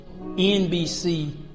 NBC